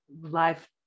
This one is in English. life